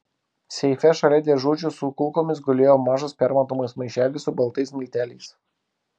seife šalia dėžučių su kulkomis gulėjo mažas permatomas maišelis su baltais milteliais